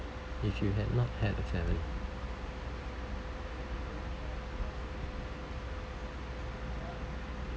if you had not have a family